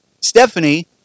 Stephanie